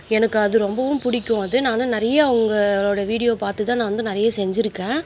எனக்கு அது ரொம்பவும் பிடிக்கும் அது நானும் நிறைய அவங்களோட வீடியோ பார்த்து தான் நான் வந்து நிறைய செஞ்சுருக்கேன்